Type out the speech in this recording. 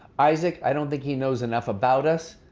isaac, i don't think he knows enough about us,